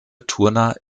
turner